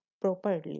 properly